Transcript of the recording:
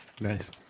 Nice